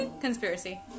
conspiracy